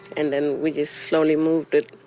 and then we just slowly moved it,